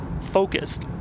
focused